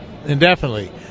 Indefinitely